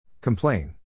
Complain